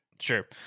sure